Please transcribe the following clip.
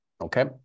Okay